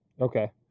Okay